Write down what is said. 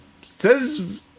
says